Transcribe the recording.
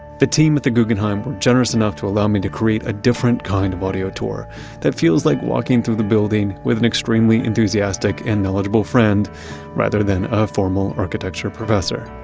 the team at the guggenheim were generous enough to allow me to create a different kind of audio tour that feels like walking through the building with an extremely enthusiastic and knowledgeable friend rather than a formal architecture professor.